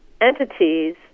entities